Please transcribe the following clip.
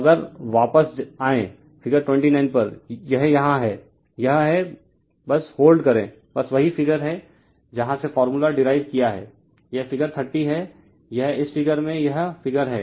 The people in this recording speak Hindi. तो अगर वापस आएँ फिगर 29 पर यह यहाँ है यह है बस होल्ड करे बस वही फिगर है जहाँ से फार्मूला डीराइव किया है यह फिगर 30 है और यह इस फिगर में यह फिगर है